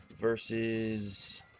versus